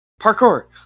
Parkour